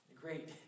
great